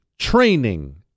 Training